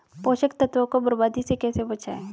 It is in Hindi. पोषक तत्वों को बर्बादी से कैसे बचाएं?